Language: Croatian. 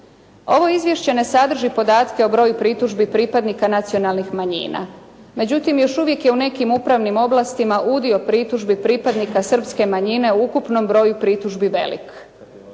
Ovo izvješće ne sadrži podatke o broju pritužbi pripadnika nacionalnih manjina. Međutim je u nekim upravnim oblastima udio pritužbi pripadnika srpske manjine u ukupnom broju pritužbi velik.